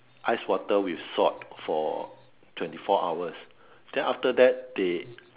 ice water with salt for twenty four hours then after that they